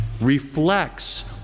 reflects